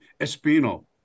Espino